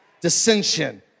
dissension